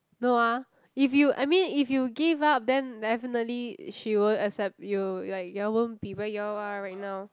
no ah if you I mean if you give up then definitely she won't accept you like you all won't be where you all are right now